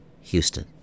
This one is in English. Houston